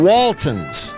Waltons